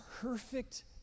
perfect